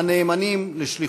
הנאמנים לשליחותם.